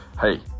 Hey